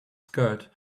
skirt